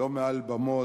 לא מעל במות,